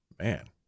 man